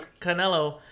Canelo